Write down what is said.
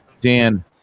Dan